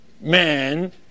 Man